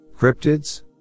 Cryptids